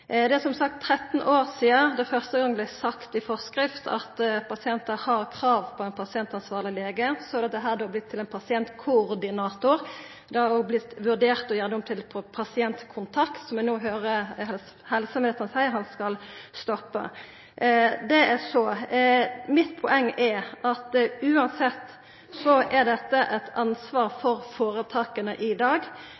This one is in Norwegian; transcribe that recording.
Det er, som sagt, 13 år sidan det første gongen vart sagt i forskrift at pasientar har krav på ein pasientansvarleg lege – så har dette vorte til ein pasientkoordinator. Det har òg vore vurdert å gjera det om til ein pasientkontakt, som vi no høyrer helseministeren seia han skal stoppa. – Det er så. Mitt poeng er at uansett er dette eit ansvar